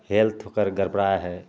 health ओकर गड़बड़ाइ हइ